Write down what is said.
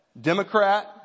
Democrat